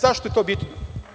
Zašto je to bitno?